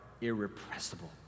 irrepressible